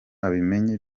abimenye